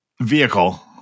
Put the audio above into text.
Vehicle